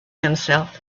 himself